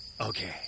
Okay